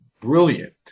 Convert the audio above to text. brilliant